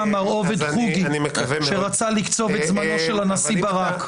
מר עובד חוגי שרצה לקצוב את זמנו של הנשיא ברק.